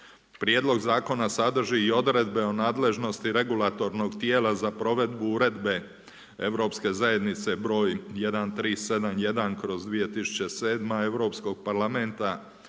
prijedlog zakon sadrži o odredbe o nadležnosti regulatornog tijela za provedbu Uredbe Europske zajednice br. 1371/2007 Europskog parlamenta